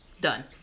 Done